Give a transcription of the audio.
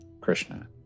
Krishna